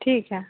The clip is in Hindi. ठीक है